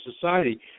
society